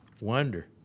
wonder